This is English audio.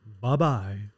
Bye-bye